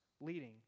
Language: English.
leading